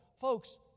Folks